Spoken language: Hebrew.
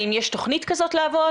האם יש תכנית לעבוד,